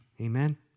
Amen